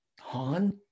han